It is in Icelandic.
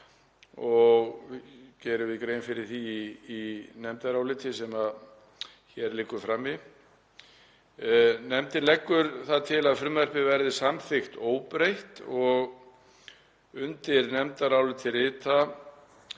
og gerum við grein fyrir því í nefndaráliti sem hér liggur frammi. Nefndin leggur til að frumvarpið verði samþykkt óbreytt og undir nefndarálitið rita,